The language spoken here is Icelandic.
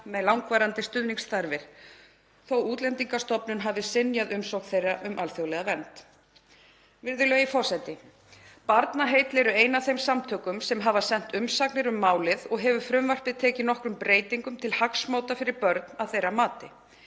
með langvarandi stuðningsþarfir þótt Útlendingastofnun hafi synjað umsókn þeirra um alþjóðlega vernd. Virðulegi forseti. Barnaheill eru ein af þeim samtökum sem hafa sent umsagnir um málið og hefur frumvarpið tekið nokkrum breytingum til hagsbóta fyrir börn að þeirra mati.